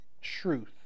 truth